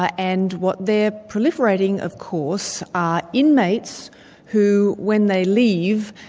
ah and what they're proliferating of course are inmates who, when they leave,